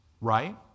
right